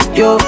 yo